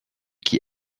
qui